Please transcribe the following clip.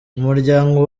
umuryango